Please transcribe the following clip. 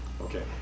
Okay